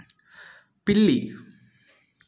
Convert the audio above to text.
పిల్లి